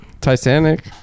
Titanic